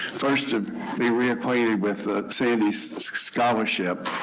first, to be reacquainted with ah sandy's scholarship,